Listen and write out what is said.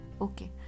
Okay